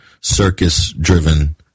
circus-driven